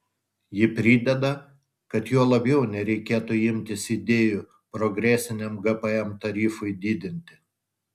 ji prideda kad juo labiau nereikėtų imtis idėjų progresiniam gpm tarifui didinti